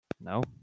No